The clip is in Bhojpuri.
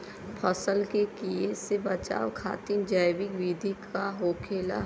फसल के कियेसे बचाव खातिन जैविक विधि का होखेला?